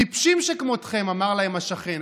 טיפשים שכמותכם, אמר להם השכן.